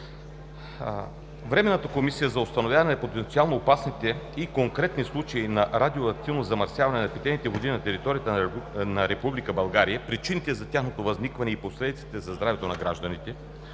Временната комисия за установяване на потенциално опасните и конкретни случаи на радиоактивно замърсяване на питейните води на територията на Република България, причините за тяхното възникване и последиците за здравето на гражданите